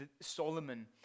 Solomon